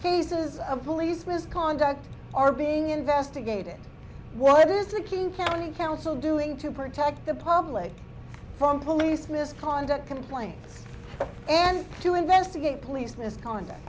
pieces of police misconduct are being investigated what is the king county council doing to protect the public from police misconduct complaints and to investigate police misconduct